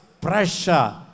pressure